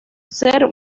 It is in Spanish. ser